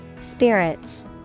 Spirits